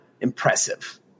impressive